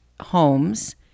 homes